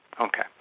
Okay